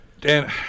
Dan